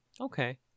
Okay